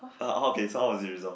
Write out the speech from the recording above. uh okay so how was it resolved